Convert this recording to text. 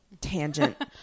tangent